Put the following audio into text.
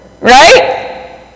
Right